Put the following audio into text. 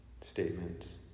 statements